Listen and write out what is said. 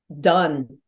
done